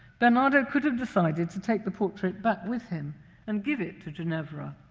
bernardo could've decided to take the portrait back with him and give it to ginevra.